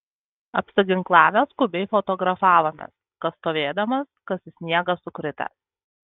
apsiginklavę skubiai fotografavomės kas stovėdamas kas į sniegą sukritęs